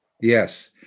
Yes